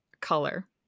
color